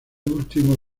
último